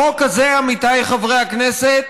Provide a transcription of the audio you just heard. החוק הזה, עמיתיי חברי הכנסת,